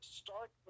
start